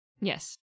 Yes